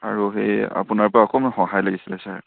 আৰু সেই আপোনাৰ পৰা অকণমান সহায় লাগিছিলে ছাৰ